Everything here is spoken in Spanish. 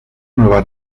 nueva